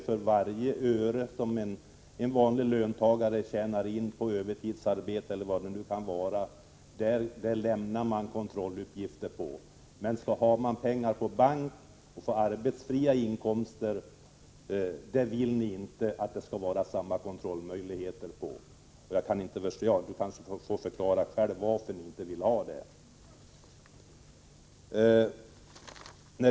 För varje öre som en vanlig löntagare tjänar på övertidsarbete eller vad det kan vara lämnas det kontrolluppgift. Men har man pengar på bank, dvs. arbetsfria inkomster, vill ni inte att det skall finnas samma kontrollmöjlighet. Knut Wachtmeister får väl själv förklara varför.